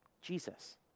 Jesus